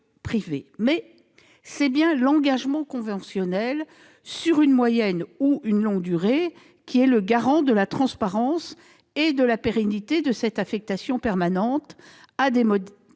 Mais c'est bien l'engagement conventionnel, sur une moyenne ou une longue durée, qui est le garant de la transparence et de la pérennité de cette affectation permanente à des ménages